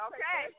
Okay